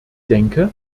denke